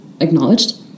acknowledged